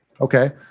okay